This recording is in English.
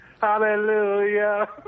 Hallelujah